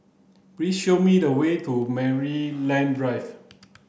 please show me the way to Maryland Drive